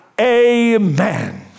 amen